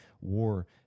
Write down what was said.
War